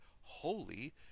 holy